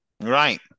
Right